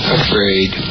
afraid